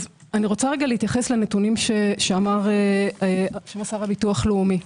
אני רוצה להתייחס לנתונים שמסר הביטוח הלאומי.